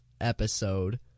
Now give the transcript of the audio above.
episode